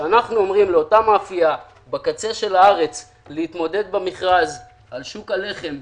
אנחנו אומרים לאותה מאפייה בקצה של הארץ להתמודד במכרז על שוק הלחם,